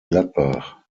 gladbach